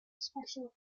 special